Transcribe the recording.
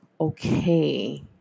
okay